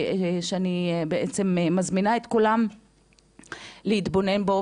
שאני בעצם מזמינה את כולם להתבונן בו,